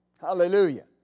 Hallelujah